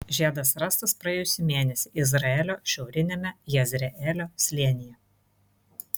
žiedas rastas praėjusį mėnesį izraelio šiauriniame jezreelio slėnyje